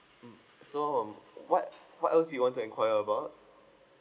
mm so um what what else you want to inquire about